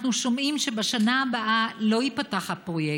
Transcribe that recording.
אנחנו שומעים שבשנה הבאה לא ייפתח הפרויקט.